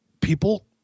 people